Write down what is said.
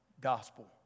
gospel